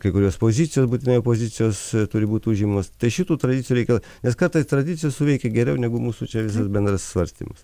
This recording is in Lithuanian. kai kurios pozicijos būtinai opozicijos turi būt užimamos tai šitų tradicijų reikia nes kartais tradicijos suveikia geriau negu mūsų čia visas bendras svarstymas